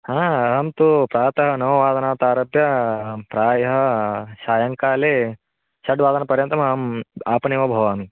हा अहं तु प्रातः नववादनात् आरभ्य अहं प्रायः सायङ्काले षड्वादनपर्यन्तमहम् आपणेव भवामि